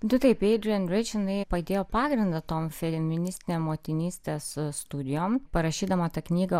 nu taip eidrijan riči jinai padėjo pagrindą tom feministinėm motinystės studijom parašydama tą knygą